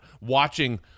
watching